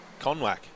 Conwack